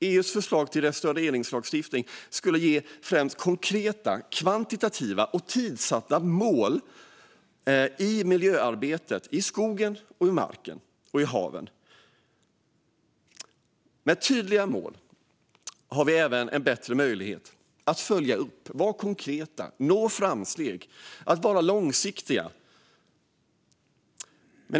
EU:s förslag till restaureringslagstiftning skulle främst ge konkreta, kvantitativa och tidsatta mål för miljöarbetet i skogen, i marken och i haven. Med tydliga mål har vi även bättre möjlighet att följa upp, vara konkreta, nå framsteg och vara långsiktiga.